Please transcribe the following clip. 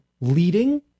leading